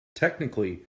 technically